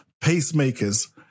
pacemakers